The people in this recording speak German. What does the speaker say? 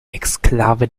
exklave